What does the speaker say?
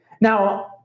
Now